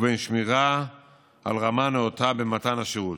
ובין שמירה על רמה נאותה במתן השירות.